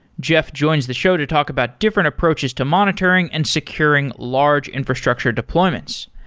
jeff joins the show to talk about different approaches to monitoring and securing large infrastructure deployments.